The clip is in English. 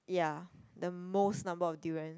ya the most number of durian